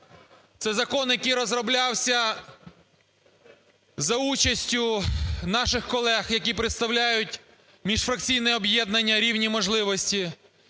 це закон, який розроблявся за участю наших колег, які представляють міжфракційне об'єднання "Рівні можливості",